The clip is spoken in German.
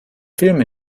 film